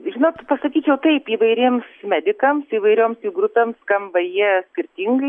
žinot pasakyčiau taip įvairiems medikams įvairioms jų grupėms skamba jie skirtingai